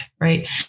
Right